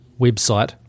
website